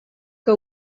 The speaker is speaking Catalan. que